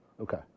Okay